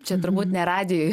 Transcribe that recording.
čia turbūt ne radijuj